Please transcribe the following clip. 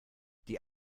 die